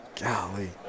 Golly